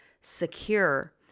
secure